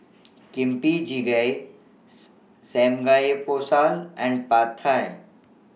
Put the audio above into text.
Kimchi Jjigae Samgeyopsal and Pad Thai